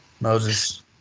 Moses